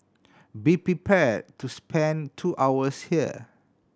be prepared to spend two hours here